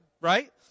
Right